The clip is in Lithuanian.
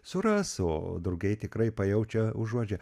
suras o drugiai tikrai pajaučia užuodžia